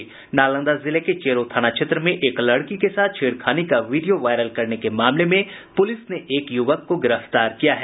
नालंदा जिले के चेरो थाना क्षेत्र में एक लड़की के साथ छेड़खानी का वीडियो वायरल करने के मामले में पुलिस ने एक युवक को गिरफ्तार किया है